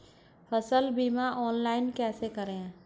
फसल बीमा ऑनलाइन कैसे करें?